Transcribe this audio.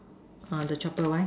uh the chopper why